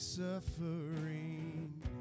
suffering